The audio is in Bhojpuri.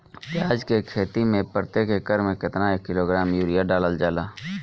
प्याज के खेती में प्रतेक एकड़ में केतना किलोग्राम यूरिया डालल जाला?